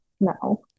No